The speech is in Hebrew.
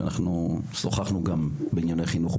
שכבר שוחחנו בעבר בנושאי חינוך,